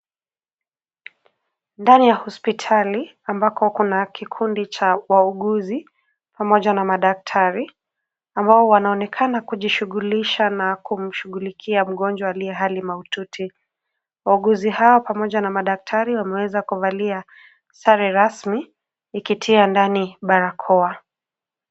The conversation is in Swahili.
Ndani ya hospitali ambako kuna kikundi cha wauguzi pamoja na madaktari ambao wanaonekana kujishughulisha na kumshughulikia mgonjwa aliye hali mahututi. Wauguzi hao pamoja na madkatari wameweza kuvalia sare rasmi ikitia ndani barakoa.